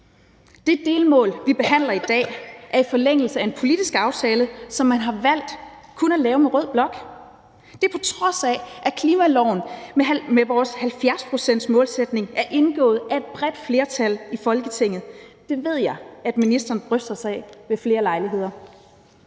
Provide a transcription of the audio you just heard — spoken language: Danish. Det delmål, vi behandler i dag, er i forlængelse af en politisk aftale, som man har valgt kun at lave med rød blok, og det er på trods af, at klimaloven med vores 70-procentsmålsætning er indgået af et bredt flertal i Folketinget. Det ved jeg ministeren bryster sig af ved flere lejligheder.